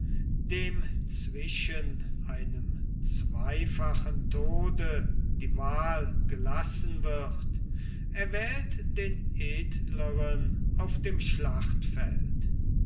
dem zwischen einem zweifachen tode die wahl gelassen wird erwählt den edlern auf dem schlachtfeld